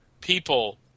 people